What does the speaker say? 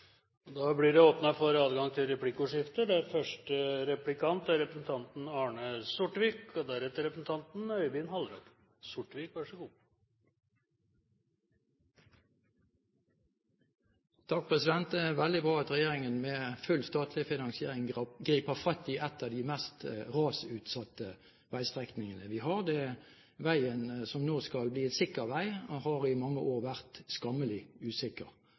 blir åpnet for replikkordskifte. Det er veldig bra at regjeringen med full statlig finansiering griper fatt i en av de mest rasutsatte veistrekningene vi har. Veien som nå skal bli en sikker vei, har i mange år vært skammelig usikker.